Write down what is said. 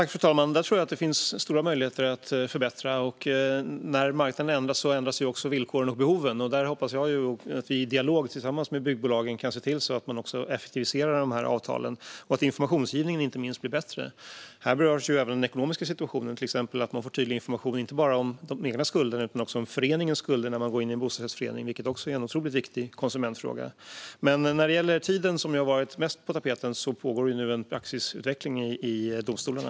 Fru talman! Där tror jag det finns stora möjligheter att förbättra. När marknaden ändras så ändras också villkoren och behoven. Där hoppas jag att vi i dialog tillsammans med byggbolagen kan se till att man effektiviserar avtalen och att inte minst informationsgivningen blir bättre. Här berörs även den ekonomiska situationen. Det gäller till exempel att man får tydlig information inte bara om de egna skulderna utan också om föreningens skulder när man går in i en bostadsrättsförening, vilket är en otroligt viktig konsumentfråga. När det gäller tiden, som har varit mest på tapeten, pågår nu en praxisutveckling i domstolarna.